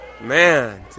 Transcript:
Man